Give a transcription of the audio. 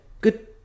good